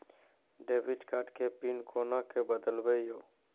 Debit card के PIN कोना के बदलबै यो?